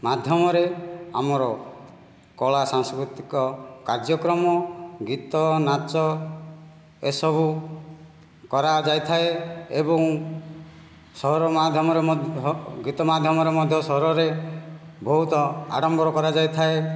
ମାଧ୍ୟମରେ ଆମର କଳା ସାଂସ୍କୃତିକ କାର୍ଯ୍ୟକ୍ରମ ଗୀତ ନାଚ ଏହିସବୁ କରାଯାଇଥାଏ ଏବଂ ସହର ମାଧ୍ୟମରେ ମଧ୍ୟ ଗୀତ ମାଧ୍ୟମରେ ମଧ୍ୟ ସହରରେ ବହୁତ ଆଡ଼ମ୍ବର କରାଯାଇଥାଏ